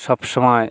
সব সময়